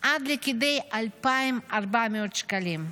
עד לכדי 2,400 שקלים.